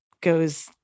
goes